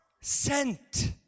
sent